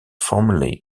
formerly